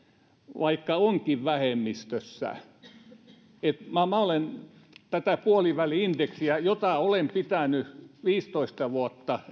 vaikka onkin vähemmistössä olen tätä puoliväli indeksiä pitänyt realistisena viisitoista vuotta